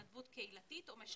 טוב, אני פותח את הישיבה.